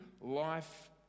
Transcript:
life